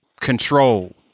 control